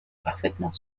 parfaitement